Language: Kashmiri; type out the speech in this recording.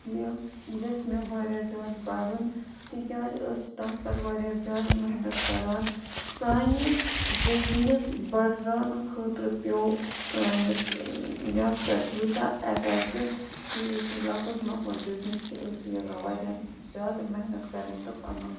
کہِ یہِ گَژھِ مےٚ واریاہ زیادٕ بَڑُن تِکیازِ أسۍ چھِ تَتھ پٮ۪ٹھ واریاہ زیادٕ محنت کَران سانہِ بِزنِس بَڑراونہٕ خٲطرٕ پیوٚو سٲنِس یَتھ پٮ۪ٹھ یوٗتاہ اٮ۪فٮ۪کٹ کہِ یُس یہِ لَکُٹ مَۄکُٹ بِزنٮِس چھِ أسۍ چھِ یَژھان واریاہ زیادٕ محنت کَرٕنۍ تہٕ پَنُن